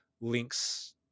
link's